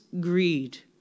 greed